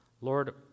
Lord